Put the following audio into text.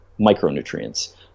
micronutrients